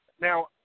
Now